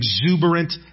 exuberant